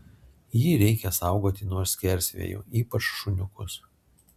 jį reikia saugoti nuo skersvėjų ypač šuniukus